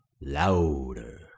louder